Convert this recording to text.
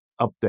update